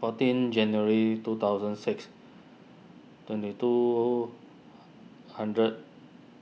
fourteen January two thousand six twenty two hundred